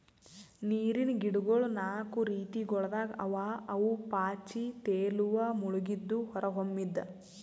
ನೀರಿನ್ ಗಿಡಗೊಳ್ ನಾಕು ರೀತಿಗೊಳ್ದಾಗ್ ಅವಾ ಅವು ಪಾಚಿ, ತೇಲುವ, ಮುಳುಗಿದ್ದು, ಹೊರಹೊಮ್ಮಿದ್